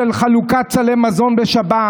של חלוקת סלי מזון בשבת,